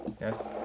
Yes